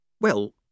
Well